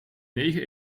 negen